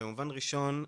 במובן ראשון,